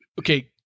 Okay